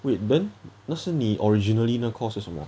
wait then 那时你 originally 那个 course 是什么